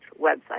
website